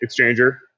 exchanger